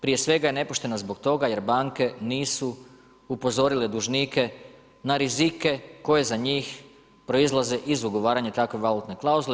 Prije svega je nepoštena zbog toga jer banke nisu upozorile dužnike na rizike koje za njih proizlaze iz ugovaranja takve valutne klauzule.